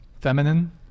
feminine